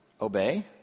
obey